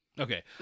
okay